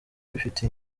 bifite